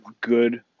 good